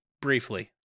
briefly